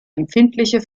empfindliche